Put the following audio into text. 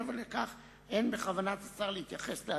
ומעבר לכך אין בכוונת השר להתייחס להדלפות"